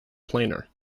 planar